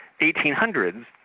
1800s